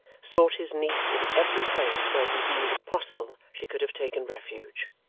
sought his niece in every place where he deemed it possible she could have taken refuge.